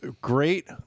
great